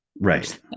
right